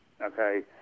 okay